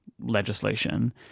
legislation